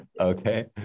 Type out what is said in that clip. Okay